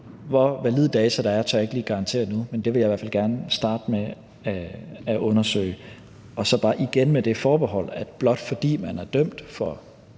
Hvor valid data der er, tør jeg ikke lige garantere nu, men det vil jeg i hvert fald gerne starte med at undersøge – og så bare igen det forbehold, at blot fordi man er dømt for